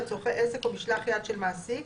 מבנה לצורכי עסק או משלח יד של מעסיק,